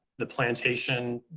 the plantation,